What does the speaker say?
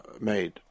made